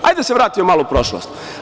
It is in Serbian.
Hajde da se vratimo malo u prošlost.